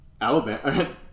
Alabama